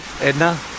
Edna